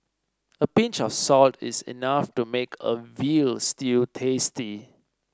a pinch of salt is enough to make a veal stew tasty